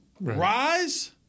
rise